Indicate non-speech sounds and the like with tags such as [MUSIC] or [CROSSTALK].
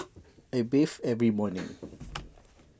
[NOISE] I bathe every morning